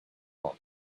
monk